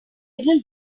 little